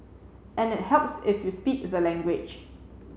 and it helps if you speak the language